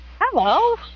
Hello